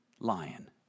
lion